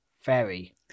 fairy